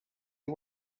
you